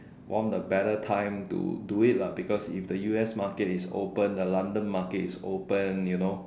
one of the better time to do it lah because the us market is open the London market is open you know